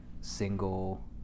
single